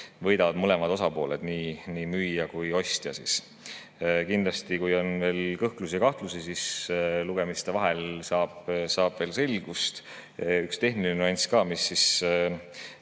võidavad mõlemad osapooled, nii müüja kui ka ostja. Kindlasti, kui on veel kõhklusi ja kahtlusi, siis lugemiste vahel saab selgust. Üks tehniline nüanss ka, mis